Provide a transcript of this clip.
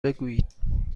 بگویید